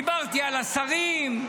דיברתי על השרים,